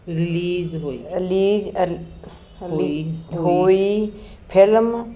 release ਅ ਹੋਈ film